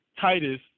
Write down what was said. Titus